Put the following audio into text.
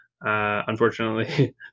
unfortunately